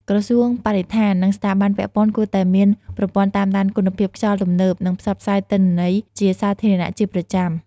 ក្រសួងបរិស្ថាន និងស្ថាប័នពាក់ព័ន្ធគួរតែមានប្រព័ន្ធតាមដានគុណភាពខ្យល់ទំនើប និងផ្សព្វផ្សាយទិន្នន័យជាសាធារណៈជាប្រចាំ។